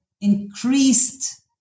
increased